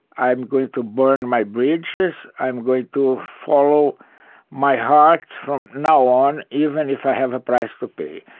i'm going to burn my bridges. i'm going to ah follow my heart from now on, even if i have a price to pay.